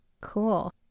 Cool